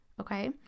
okay